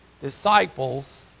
disciples